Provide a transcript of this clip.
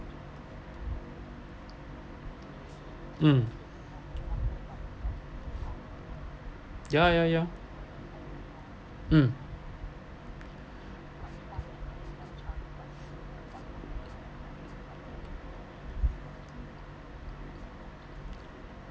um ya ya ya um